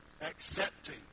Accepting